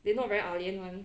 they not very ah lian [one]